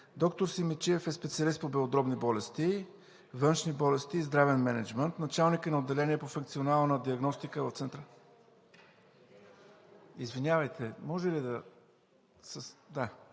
Доктор Симидчиев е специалист по белодробни болести, външни болести и здравен мениджмънт. Началник е на Отделение по функционална диагностика в Центъра... (Шум и реплики.) Извинявайте, може ли да...